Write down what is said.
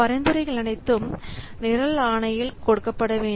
பரிந்துரைகள் அனைத்தும் நிரல் ஆணையில் கொடுக்கப்பட வேண்டும்